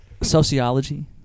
Sociology